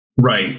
Right